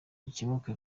gikemutse